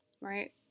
right